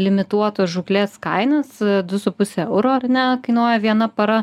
limituotos žūklės kainas du su puse euro ar ne kainuoja viena para